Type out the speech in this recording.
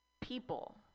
people